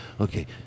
okay